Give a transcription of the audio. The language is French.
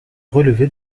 relevé